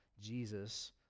Jesus